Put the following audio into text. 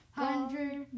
hundred